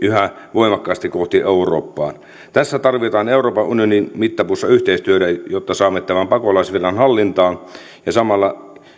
voimakkaasti kohti eurooppaa tässä tarvitaan euroopan unionin mittapuussa yhteistyötä jotta saamme tämän pakolaisvirran hallintaan samalla